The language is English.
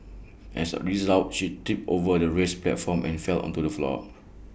as A result she tripped over the raised platform and fell onto the floor